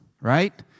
Right